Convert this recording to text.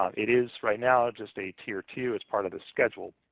um it is right now just a tier two as part of a schedule.